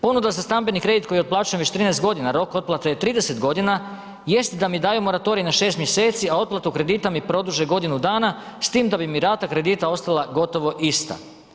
Ponuda za stambeni kredit koji otplaćujem već 13 godina, rok otplate je 30 godina jest da mi daju moratorij na 6 mjeseci, a otplatu kredita mi produže godinu dana, s tim da bi mi rata kredita ostala gotovo ista.